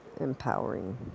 empowering